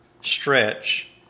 stretch